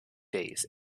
days